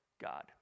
God